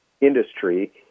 industry